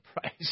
price